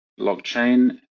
blockchain